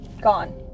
gone